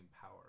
power